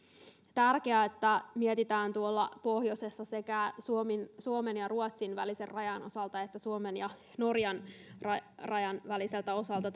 tärkeää että mietitään tuolla pohjoisessa sekä suomen ja ruotsin välisen rajan osalta että suomen ja norjan välisen rajan osalta